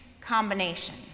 combination